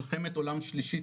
מלחמת עולם שלישית,